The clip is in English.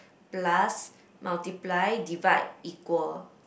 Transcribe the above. plus multiply divide equal